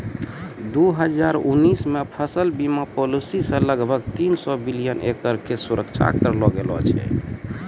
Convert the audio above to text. दू हजार उन्नीस मे फसल बीमा पॉलिसी से लगभग तीन सौ मिलियन एकड़ के सुरक्षा करलो गेलौ छलै